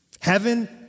Heaven